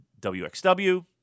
WXW